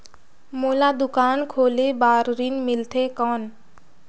मोला दुकान खोले बार ऋण मिलथे कौन?